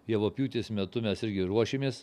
javapjūtės metu mes irgi ruošėmės